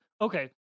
Okay